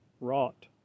wrought